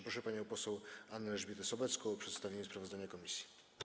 Proszę panią poseł Annę Elżbietę Sobecką o przedstawienie sprawozdania komisji.